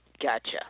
Gotcha